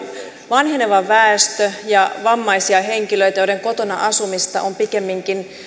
vanheneva väestö ja vammaisia henkilöitä joiden asumista kotona on pikemminkin